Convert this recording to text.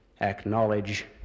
acknowledge